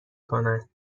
کنن